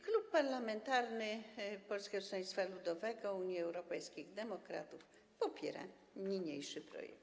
Klub parlamentarny Polskiego Stronnictwa Ludowego - Unii Europejskich Demokratów popiera niniejszy projekt.